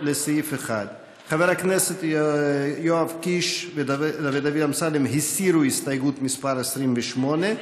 לסעיף 1. חברי הכנסת יואב קיש ודוד אמסלם הסירו את הסתייגות מס' 28,